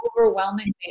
overwhelmingly